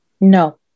No